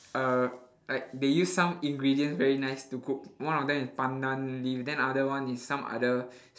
uh like they use some ingredients very nice to cook one of them is pandan leaf then other one is some other